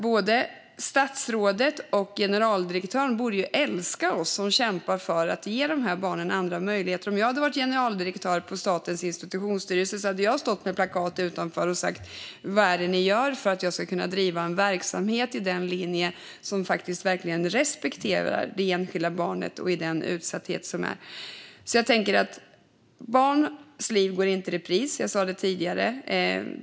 Både statsrådet och generaldirektören borde älska oss som kämpar för att ge dessa barn andra möjligheter. Om jag hade varit generaldirektör på Statens institutionsstyrelse hade jag stått med plakat utanför och frågat vad ni gör för att jag ska kunna driva en verksamhet i den linje som verkligen respekterar det enskilda barnet i dess utsatthet. Barns liv går inte i repris. Det sa jag också tidigare.